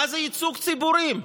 מה זה ייצוג ציבורים?